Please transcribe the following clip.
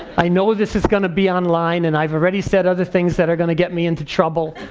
i know this is gonna be online and i've already said other things that are gonna get me into trouble,